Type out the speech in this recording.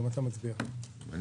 הצבעה